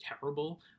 terrible